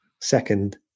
Second